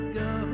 go